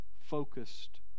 focused